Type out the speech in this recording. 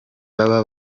baba